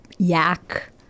yak